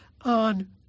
on